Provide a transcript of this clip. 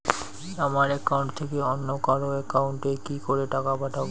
আমার একাউন্ট থেকে অন্য কারো একাউন্ট এ কি করে টাকা পাঠাবো?